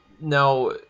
now